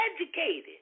educated